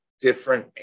different